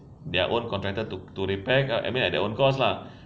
their own contractor to to repair I mean at their own cost lah